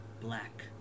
Black